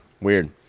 weird